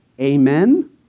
Amen